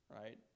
Right